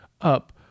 up